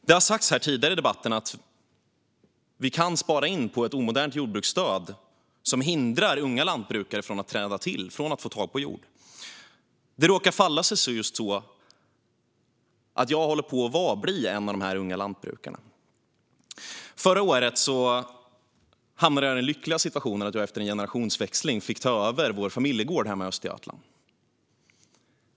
Det har sagts tidigare i debatten att vi kan spara in på ett omodernt jordbruksstöd, som hindrar unga lantbrukare från att träda till - från att få tag på jord. Det råkar falla sig så att jag håller på att bli en av dessa unga lantbrukare. Förra året hamnade jag i den lyckliga situationen att jag efter en generationsväxling fick ta över vår familjegård hemma i Östergötland.